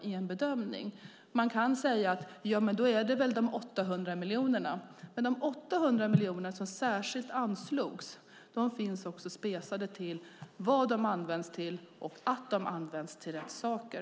Man kan säga att det i så fall är de 800 miljonerna. Men de 800 miljoner som särskilt anslogs är "specade", så att de används till rätt saker.